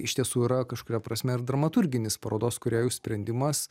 iš tiesų yra kažkuria prasme ir dramaturginis parodos kūrėjų sprendimas